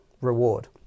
reward